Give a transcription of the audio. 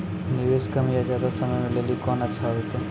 निवेश कम या ज्यादा समय के लेली कोंन अच्छा होइतै?